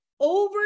Over